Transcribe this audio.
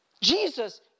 Jesus